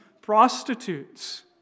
prostitutes